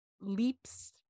leaps